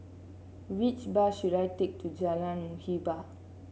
which bus should I take to Jalan Muhibbah